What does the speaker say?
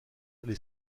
les